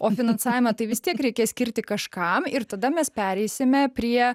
o finansavimą tai vis tiek reikės skirti kažkam ir tada mes pereisime prie